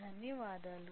ధన్యవాదాలు